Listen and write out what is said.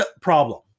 problem